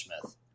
Smith